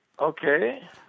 Okay